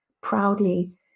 proudly